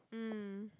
mm